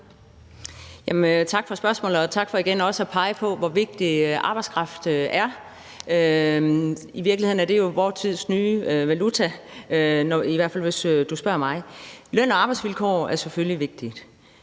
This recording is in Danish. Tak for spørgsmålet, og tak for igen at pege på, hvor vigtig arbejdskraft er. I virkeligheden er det jo vores tids nye valuta, i hvert fald hvis du spørger mig. Løn og arbejdsvilkår er selvfølgelig vigtigt,